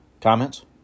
Comments